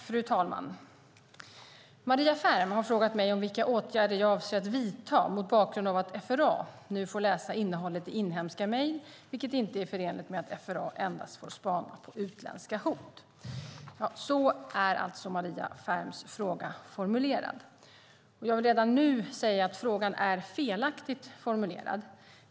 Fru talman! Maria Ferm har frågat mig vilka åtgärder jag avser att vidta mot bakgrund av att FRA nu får läsa innehållet i inhemska mejl, vilket inte är förenligt med att FRA endast får spana på utländska hot. Så är alltså Maria Ferms fråga formulerad. Jag vill redan nu säga att frågan är felaktigt formulerad.